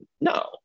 No